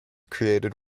created